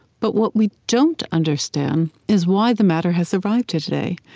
but what we don't understand is why the matter has survived to today.